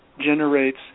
generates